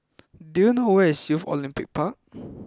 do you know where is Youth Olympic Park